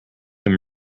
him